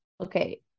okay